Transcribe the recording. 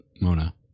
Mona